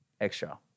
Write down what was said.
extra